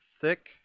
thick